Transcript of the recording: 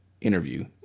interview